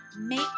Make